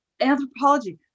Anthropology